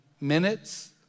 minutes